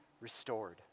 restored